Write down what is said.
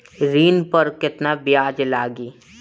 ऋण पर केतना ब्याज लगी?